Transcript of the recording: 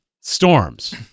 storms